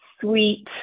sweet